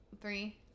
Three